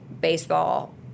baseball